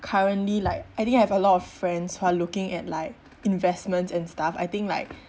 currently like I think have a lot of friends who are looking at like investments and stuff I think like